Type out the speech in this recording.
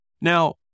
Now